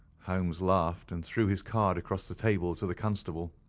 holmes laughed and threw his card across the table to the constable.